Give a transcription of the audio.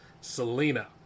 Selena